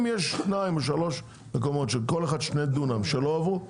אם יש שניים או שלושה מקומות שכל אחד שני דונם שלא עברו,